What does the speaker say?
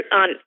on